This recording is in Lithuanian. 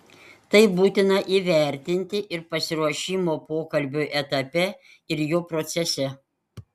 tai būtina įvertinti ir pasiruošimo pokalbiui etape ir jo procese